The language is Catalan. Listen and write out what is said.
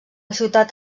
ciutat